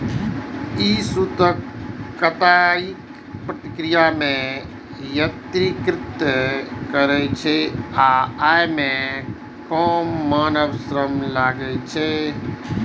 ई सूत कताइक प्रक्रिया कें यत्रीकृत करै छै आ अय मे कम मानव श्रम लागै छै